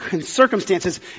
circumstances